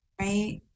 right